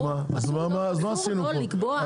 אז מה עשינו פה?